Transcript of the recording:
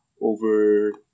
over